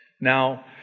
Now